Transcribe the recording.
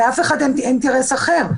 לאף אחד אין אינטרס אחר.